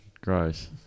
Gross